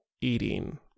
eating